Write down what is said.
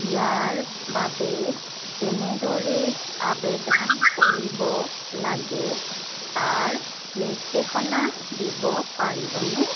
ইয়াৰ বাবে কেনেদৰে আবেদন কৰিব লাগে তাৰ নিৰ্দেশনা দিব পাৰিবনে